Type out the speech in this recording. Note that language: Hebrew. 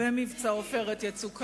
קרה שקראו שר לסדר.